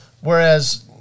whereas